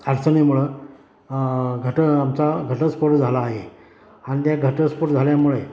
अडचणीमुळं घट आमचा घटस्फोट झाला आहे आणि त्या घटस्फोट झाल्यामुळे